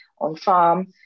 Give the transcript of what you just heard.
on-farm